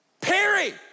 Perry